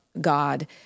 God